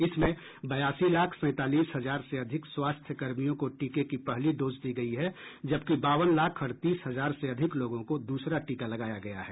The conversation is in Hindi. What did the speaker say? इसमें बयासी लाख सैंतालीस हजार से अधिक स्वास्थ्य कर्मियों को टीके की पहली डोज दी गई है जबकि बावन लाख अड़तीस हजार से अधिक लोगों को दूसरा टीका लगाया गया है